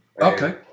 Okay